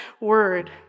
word